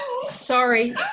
Sorry